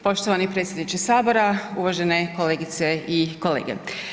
Poštovani predsjedniče Sabora, uvažene kolegice i kolege.